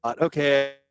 okay